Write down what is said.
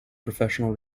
professional